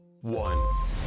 One